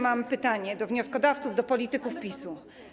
Mam pytanie do wnioskodawców, do polityków PiS-u.